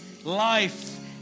Life